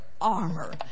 armor